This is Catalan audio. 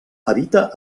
habita